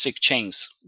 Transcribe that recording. chains